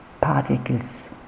particles